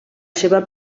seva